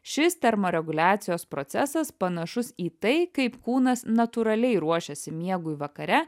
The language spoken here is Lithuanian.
šis termoreguliacijos procesas panašus į tai kaip kūnas natūraliai ruošiasi miegui vakare